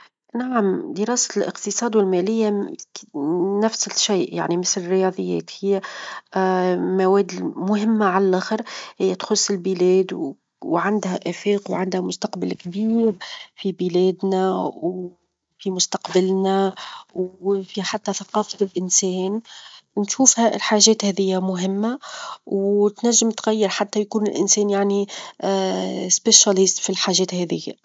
نعم دراسة الإقتصاد والمالية نفس الشيء يعني مثل الرياظيات هي مواد مهمة على اللخر هي تخص البلاد، وعندها آفاق، وعندها مستقبل كبير في بلادنا، وفي مستقبلنا، وفي حتى ثقافة الإنسان نشوفها الحاجات هذيا مهمة، وتنجم تغير حتى يكون الإنسان يعني متخصص في الحاجات هذيا.